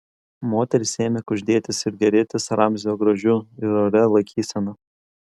moterys ėmė kuždėtis ir gėrėtis ramzio grožiu ir oria laikysena